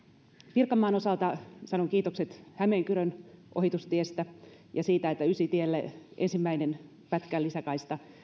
pirkanmaan osalta sanon kiitokset hämeenkyrön ohitustiestä ja siitä että ysitielle ensimmäinen pätkä lisäkaistaa